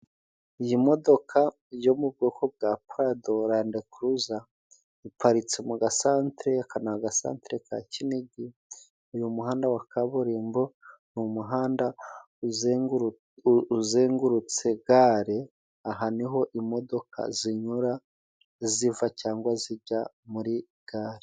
Iyi modoka yo mu bwoko bwa paradolandekuruza iparitse mu gasantere, aka ni agasantere ka Kinigi, uyu muhanda wa kaburimbo ni umuhanda uzengurutse gare, aha ni ho imodoka zinyura ziva cyangwa zijya muri gare.